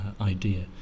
idea